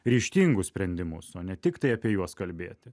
ryžtingus sprendimus o ne tiktai apie juos kalbėti